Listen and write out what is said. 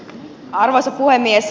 arvoisa puhemies